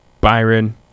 Byron